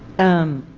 and